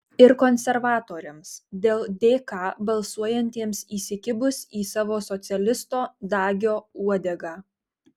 ir konservatoriams dėl dk balsuojantiems įsikibus į savo socialisto dagio uodegą